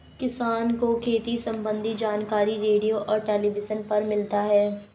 किसान को खेती सम्बन्धी जानकारी रेडियो और टेलीविज़न पर मिलता है